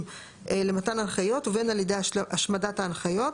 למתן הנחיות ובין על ידי השמדת ההנחיות,